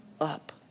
up